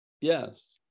Yes